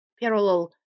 parallel